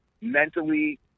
Mentally